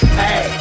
hey